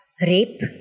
Rape